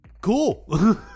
cool